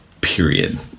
Period